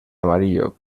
amarillo